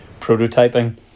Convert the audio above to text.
prototyping